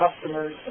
customers